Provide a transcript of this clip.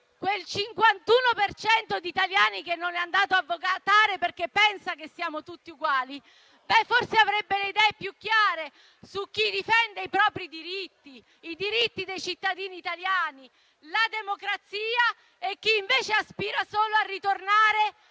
cento di italiani che non è andato a votare perché pensa che siamo tutti uguali, forse avrebbe le idee più chiare su chi difende i propri diritti, i diritti dei cittadini italiani e la democrazia, e su chi, invece, aspira solo a ritornare